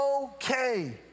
okay